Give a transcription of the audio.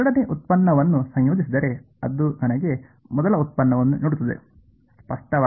ಎರಡನೇ ವ್ಯುತ್ಪನ್ನವನ್ನು ಸಂಯೋಜಿಸಿದರೆ ಅದು ನನಗೆ ಮೊದಲ ವ್ಯುತ್ಪನ್ನವನ್ನು ನೀಡುತ್ತದೆ ಸ್ಪಷ್ಟವಾಗಿ